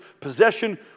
possession